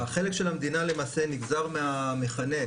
החלק של המדינה למעשה נגזר מהמכנה.